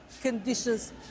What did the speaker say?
conditions